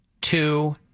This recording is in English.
two